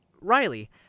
Riley